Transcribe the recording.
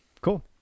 cool